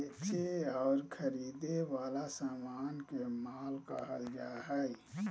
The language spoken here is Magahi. बेचे और खरीदे वला समान के माल कहल जा हइ